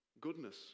Goodness